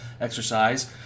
exercise